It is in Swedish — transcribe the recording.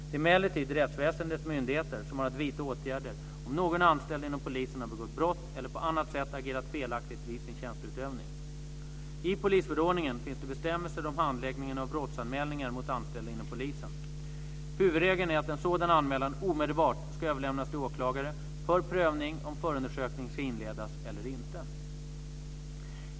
Det är emellertid rättsväsendets myndigheter som har att vidta åtgärder om någon anställd inom polisen har begått brott eller på annat sätt agerat felaktigt vid sin tjänsteutövning. I polisförordningen finns det bestämmelser om handläggningen av brottsanmälningar mot anställda inom polisen. Huvudregeln är att en sådan anmälan omedelbart ska överlämnas till åklagare för prövning om förundersökning ska inledas eller inte.